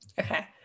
Okay